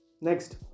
Next